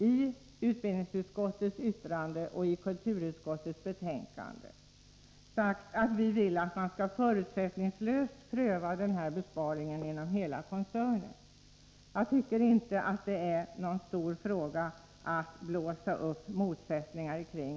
I utbildningsutskottets yttrande och i kulturutskottets betänkande har vi sagt att det bör ske en förutsättningslös prövning av den här besparingen inom hela koncernen. Jag tycker inte att detta är någon stor fråga att blåsa upp motsättningar kring.